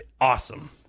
awesome